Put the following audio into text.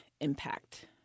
impact